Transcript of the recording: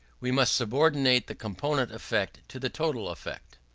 we must subordinate the component effect to the total effect.